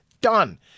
done